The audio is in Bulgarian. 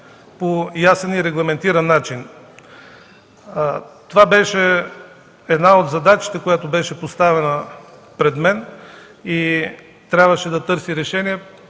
по ясен и регламентиран начин. Това беше една от задачите, поставена пред мен, и трябваше да търся решение.